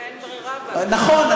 כשאין ברירה, נכון.